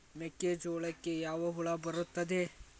ಮೆಕ್ಕೆಜೋಳಕ್ಕೆ ಯಾವ ಹುಳ ಬರುತ್ತದೆ?